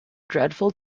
dreadful